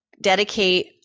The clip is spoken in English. dedicate